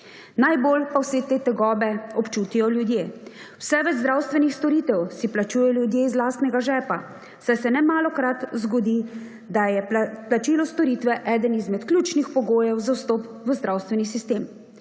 Najbolj pa vse te tegobe občutijo ljudje. Vse več zdravstvenih storitev si plačujejo ljudje iz lastnega žepa, saj se nemalokrat zgodi, da je plačilo storitve eden izmed ključnih pogojev za vstop v zdravstveni sistem.